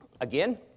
again